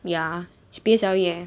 ya she P_S_L_E eh